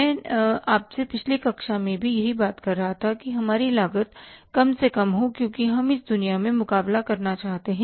मैं आपसे पिछली कक्षा में भी यही बात कर रहा था कि हमारी लागत कम से कम हो क्योंकि हम इस दुनिया में मुकाबला करना चाहते हैं